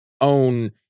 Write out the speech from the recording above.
own